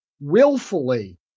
willfully